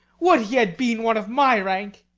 would he had been one of my rank!